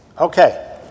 Okay